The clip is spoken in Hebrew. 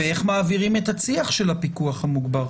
ואיך מעבירים את --- של הפיקוח המוגבר.